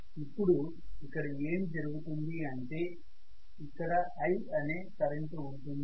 ఇప్పుడు ఇక్కడ ఏం జరుగుతుంది అంటే ఇక్కడ I అనే కరెంటు ఉంటుంది